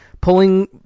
pulling